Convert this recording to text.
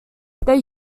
their